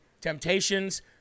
temptations